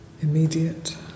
immediate